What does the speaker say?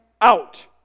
out